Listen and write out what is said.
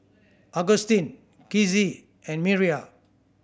Agustin Kizzie and Miriah